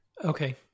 Okay